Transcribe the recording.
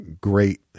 great